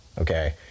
Okay